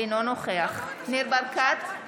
אינו נוכח ניר ברקת,